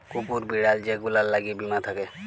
কুকুর, বিড়াল যে গুলার ল্যাগে বীমা থ্যাকে